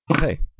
Hey